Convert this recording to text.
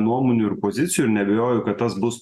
nuomonių ir pozicijų ir neabejoju kad tas bus